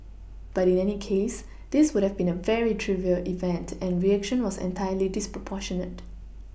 but in any case this would have been a very trivial event and reaction was entirely disproportionate